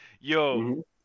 Yo